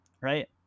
right